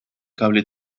cable